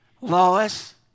Lois